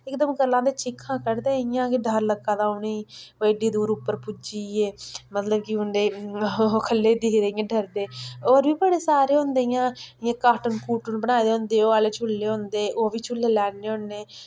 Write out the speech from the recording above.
इक दम करलांदे चीखां कड्ढदे इ'यां गै डर लग्गा दा उ'नें गी कोई एड्डी दूर उप्पर पुज्जी गे मतलब कि उं'दे ख'ल्लै गी दिक्खे दे इ'यां डरदे होर बी बड़े सारे होंदे इ'यां इ'यां काटून कुटुन बनाए दे होंदे ओह् आह्ले झूले होंदे ओह् बी झूले लैन्ने होन्नें